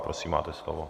Prosím, máte slovo.